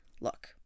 look